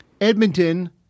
Edmonton